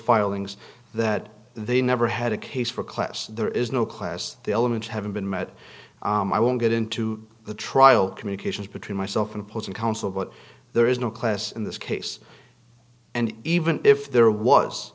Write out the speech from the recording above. filings that they never had a case for class there is no class the elements haven't been met i won't get into the trial communications between myself and opposing counsel but there is no class in this case and even if there was